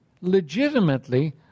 legitimately